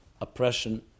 oppression